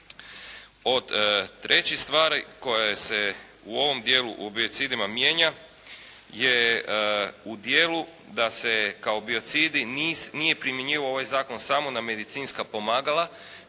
Od treće stvari koje se u ovim stvarima o biocidima mijenja je u dijelu da se kao biocidi nije primjenjivao ovaj zakon samo na medicinska pomagala.